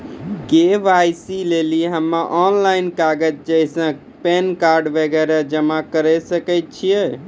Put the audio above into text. KYC लेली हम्मय online कागज जैसे पैन कार्ड वगैरह जमा करें सके छियै?